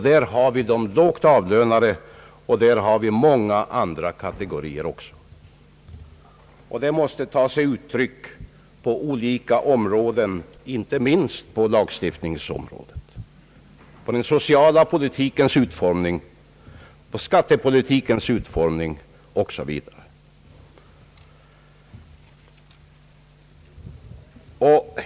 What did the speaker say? Där har vi de lågt avlönade, och även många andra kategorier. De åtgärderna måste sättas in på olika avsnitt, inte minst på lagstiftningsområdet, i utformningen av den sociala politiken och skattepolitiken osv.